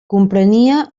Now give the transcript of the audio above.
comprenia